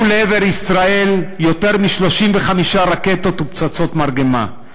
לעבר ישראל יותר מ-35 רקטות ופצצות מרגמה.